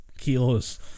Kilos